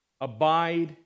Abide